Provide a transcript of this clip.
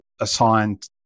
assigned